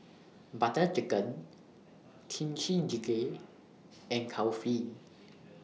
Butter Chicken Kimchi Jjigae and Kulfi